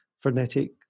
frenetic